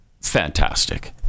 fantastic